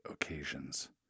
occasions